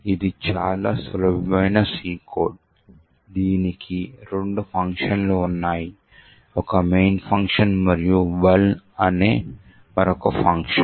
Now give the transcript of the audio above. ఇది చాలా సులభమైన C కోడ్ దీనికి రెండు ఫంక్షన్లు ఉన్నాయి ఒక main ఫంక్షన్ మరియు vuln అనే ఫంక్షన్